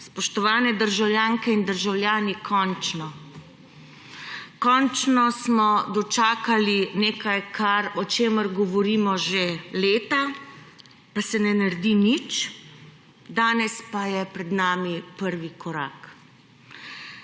Spoštovani državljanke in državljani, končno! Končno smo dočakali nekaj, o čemer govorimo že leta, pa se ne naredi nič, danes pa je pred nami prvi korak.